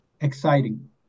Exciting